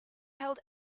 held